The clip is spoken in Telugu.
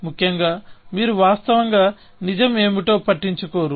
ముఖ్యంగా మీరు వాస్తవంగా నిజం ఏమిటో పట్టించుకోరు